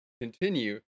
continue